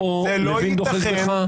זה לא ייתכן ----- לוין דוחק בך,